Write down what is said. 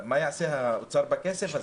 יעשה בכסף הזה.